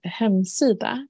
hemsida